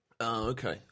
okay